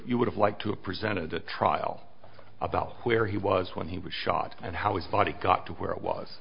you would have liked to a presented a trial about where he was when he was shot and how we thought he got to where it was